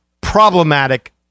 problematic